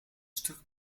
stuk